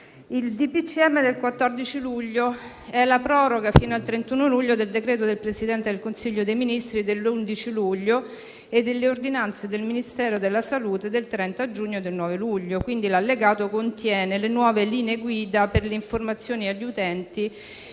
ministri del 14 luglio è la proroga, fino al 31 luglio, del decreto del Presidente del Consiglio dei ministri dell'11 giugno e delle ordinanze del Ministero della salute del 30 giugno e del 9 luglio. Quindi, l'allegato contiene le nuove linee guida per le informazioni agli utenti